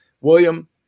William